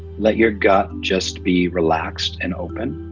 let your gut just be relaxed and open.